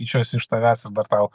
tyčiojasi iš tavęs arba tau